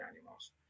animals